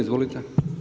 Izvolite.